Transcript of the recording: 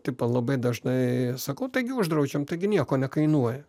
tipo labai dažnai sakau taigi uždraudžiam taigi nieko nekainuoja